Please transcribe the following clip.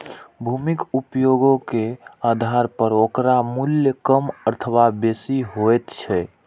भूमिक उपयोगे के आधार पर ओकर मूल्य कम अथवा बेसी होइत छैक